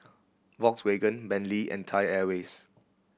Volkswagen Bentley and Thai Airways